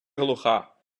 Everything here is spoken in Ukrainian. глуха